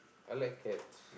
I like cats